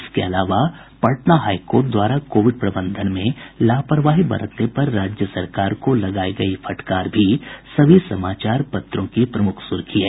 इसके अलावा Patna high court द्वारा कोविड प्रबंधन में लापरवाही बरतने पर राज्य सरकार को लगायी गयी फटकार भी सभी समाचार पत्रों की प्रमुख सुर्खी है